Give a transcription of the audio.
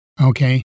okay